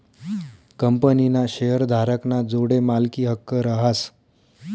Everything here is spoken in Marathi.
कंपनीना शेअरधारक ना जोडे मालकी हक्क रहास